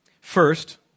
First